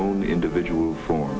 own individual for